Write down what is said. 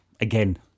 Again